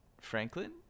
Franklin